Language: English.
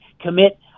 commit